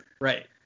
Right